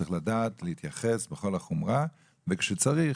צריך לדעת להתייחס בכל החומרה וכשצריך